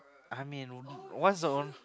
I mean what's the on